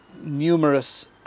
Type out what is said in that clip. numerous